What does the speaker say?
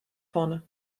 vorne